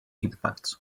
impacts